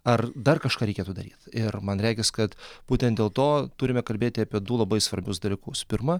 ar dar kažką reikėtų daryt ir man regis kad būtent dėl to turime kalbėti apie du labai svarbius dalykus pirma